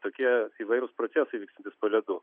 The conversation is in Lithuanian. tokie įvairūs procesai vykstantys po ledu